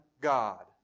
God